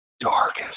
darkest